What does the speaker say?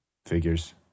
figures